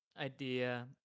idea